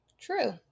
true